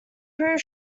proved